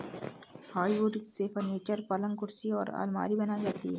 hardwood से furniture, पलंग कुर्सी और आलमारी बनाई जाती है